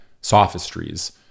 sophistries